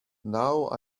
now